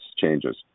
changes